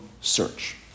search